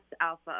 alpha